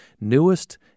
newest